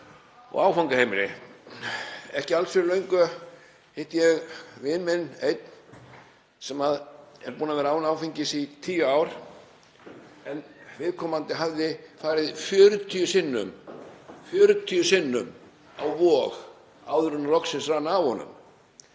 og áfangaheimili. Ekki alls fyrir löngu hitti ég einn vin minn sem er búinn að vera án áfengis í tíu ár en viðkomandi hafði farið 40 sinnum á Vog áður en loksins rann af honum.